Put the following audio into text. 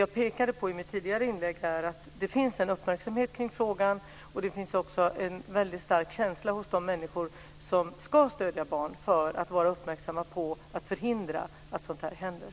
Jag pekade i mitt förra inlägg på att det finns en uppmärksamhet kring frågan och att de människor som ska stödja barn har en väldigt stark känsla för att vara uppmärksamma på att förhindra att sådant här händer.